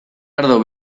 ardo